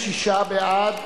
46 בעד,